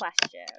question